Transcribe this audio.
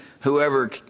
whoever